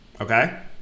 okay